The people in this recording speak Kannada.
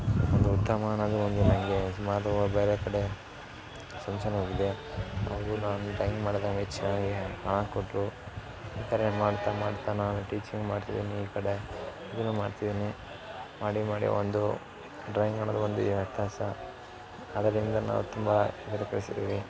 ಒಂದು ಉತ್ತಮ ಅನ್ನೋದು ಒಂದು ನನಗೆ ಸುಮಾರು ಬೇರೆ ಕಡೆ ಸಂಚನವಾಗಿದೆ ಅವರು ನಾನು ಡ್ರಾಯಿಂಗ್ ಮಾಡಿದಾಗ ಚೆನ್ನಾಗೆ ಹಣ ಕೊಟ್ರೂ ಇತರೆ ಮಾಡ್ತಾ ಮಾಡ್ತಾ ನಾನು ಟೀಚಿಂಗ್ ಮಾಡ್ತಿದ್ದೀನಿ ಈ ಕಡೆ ಇದೂ ಮಾಡ್ತಿದ್ದೀನಿ ಮಾಡಿ ಮಾಡಿ ಒಂದು ಡ್ರಾಯಿಂಗ್ ಮಾಡೋದು ಒಂದು ಯ ವ್ಯತ್ಯಾಸ ಅದರಿಂದ ನಾವು ತುಂಬ ಗಳ್ಸಿದ್ದೀವಿ